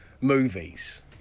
movies